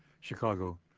chicago